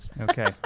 Okay